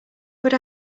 would